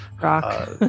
rock